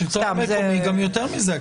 אם השלטון המקומי לא ייקח